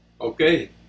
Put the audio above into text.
okay